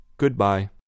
Goodbye